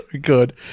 good